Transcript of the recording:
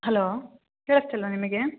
hello ಕೇಳಿಸ್ತಿಲ್ವ ನಿಮಗೆ